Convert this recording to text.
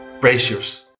precious